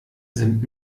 sind